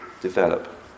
develop